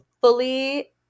fully